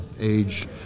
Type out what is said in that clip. age